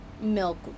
milk